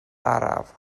araf